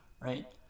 right